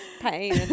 pain